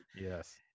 Yes